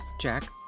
Jack